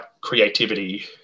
creativity